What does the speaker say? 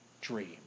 dream